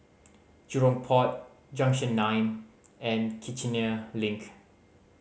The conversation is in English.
Jurong Port Junction Nine and Kiichener Link